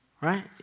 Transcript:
right